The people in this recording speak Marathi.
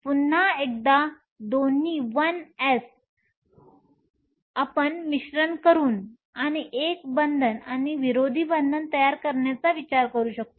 पुन्हा एकदा दोन्ही 1s आपण मिश्रण करून आणि एक बंधन आणि विरोधी बंधन तयार करण्याचा विचार करू शकता